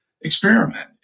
experiment